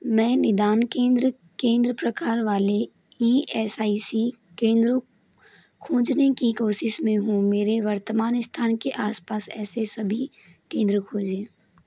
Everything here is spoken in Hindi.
मैं निदान केंद्र केंद्र प्रकार वाले ई एस आई सी केंद्रों खोजने की कोशिश में हूँ मेरे वर्तमान स्थान के आस पास ऐसे सभी केंद्र खोजें